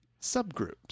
subgroups